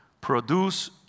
produce